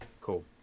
Cool